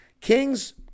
Kings